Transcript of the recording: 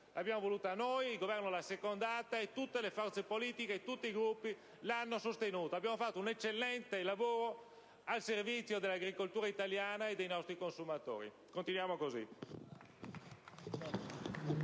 l'abbiamo voluta noi, il Governo ci ha assecondato e tutte le forze politiche e tutti i Gruppi l'hanno sostenuta. Abbiamo fatto un eccellente lavoro al servizio dell'agricoltura italiana e dei nostri consumatori. Continuiamo così.